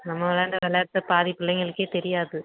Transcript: நம்ம விளையாண்ட விளையாட்டு பாதி பிள்ளைங்களுக்கே தெரியாது